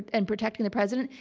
and protecting the president.